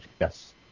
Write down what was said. yes